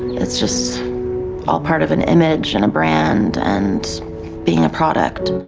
it's just all part of an image and a brand and being a product.